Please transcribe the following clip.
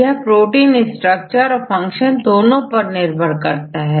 यह protein structure और function दोनों पर निर्भर करता है